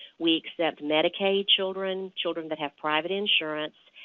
we accept medicaid children, children that have private insurance,